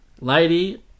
Lady